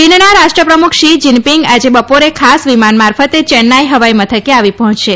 ચીનના રાષ્ટ્રપ્રમુખ Xi Jinping આજે બપોરે ખાસ વિમાન મારફતે ચેન્નાઈ હવાઈ મથકે આવી પહોંચશે